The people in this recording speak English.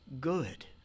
good